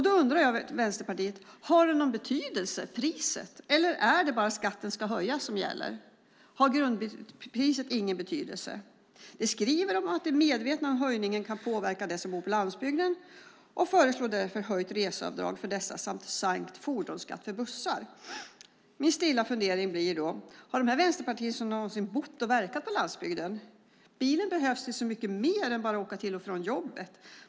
Då undrar jag, Vänsterpartiet: Har priset någon betydelse, eller är det bara att skatten ska höjas som gäller? Har grundpriset ingen betydelse? Ni skriver att ni är medvetna om att höjningen kan påverka dem som bor på landsbygden och föreslår därför höjt reseavdrag för dessa samt sänkt fordonsskatt för bussar. Min stilla fundering blir: Har ni vänsterpartister någonsin bott och verkat på landsbygden? Bilen behövs till så mycket mer än att bara åka till och från jobbet.